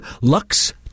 Lux